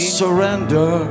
surrender